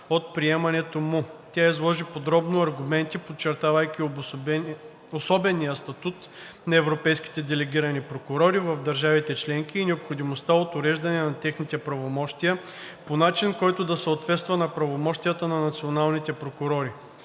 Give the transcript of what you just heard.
от приемането му. Тя изложи подробни аргументи, подчертавайки особения статут на европейските делегирани прокурори в държавите членки и необходимостта от уреждане на техните правомощия по начин, който да съответства на правомощията на националните прокурори.